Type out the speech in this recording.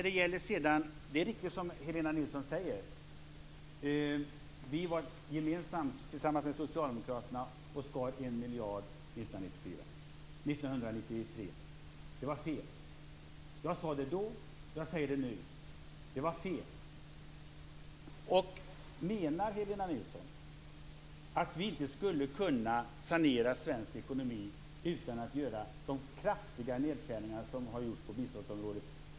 Det är riktigt som Helena Nilsson säger att vi tillsammans med socialdemokraterna skar 1 miljard 1993. Det var fel. Jag sade det då, och jag säger det nu: Det var fel. Menar Helena Nilsson att vi inte skulle kunna sanera svensk ekonomi utan att göra de kraftiga nedskärningar som gjorts på biståndsområdet?